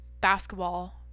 basketball